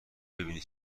ببینی